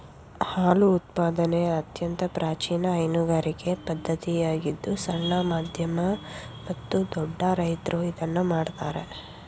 ಹಾಲು ಉತ್ಪಾದನೆ ಅತ್ಯಂತ ಪ್ರಾಚೀನ ಹೈನುಗಾರಿಕೆ ಪದ್ಧತಿಯಾಗಿದ್ದು ಸಣ್ಣ, ಮಧ್ಯಮ ಮತ್ತು ದೊಡ್ಡ ರೈತ್ರು ಇದನ್ನು ಮಾಡ್ತರೆ